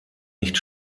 nicht